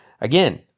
Again